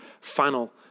final